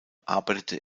arbeitete